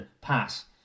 Pass